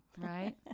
Right